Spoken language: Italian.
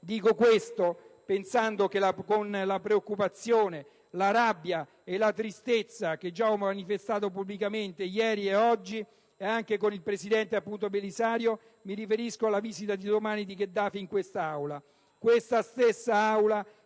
Dico questo pensando - con la preoccupazione, la rabbia e la tristezza che già ho manifestato pubblicamente, ieri e oggi, anche con il presidente Belisario- alla visita di domani di Gheddafi in questa